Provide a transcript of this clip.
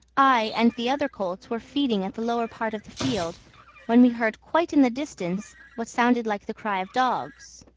i and the other colts were feeding at the lower part of the field when we heard, quite in the distance, what sounded like the cry of dogs.